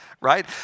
right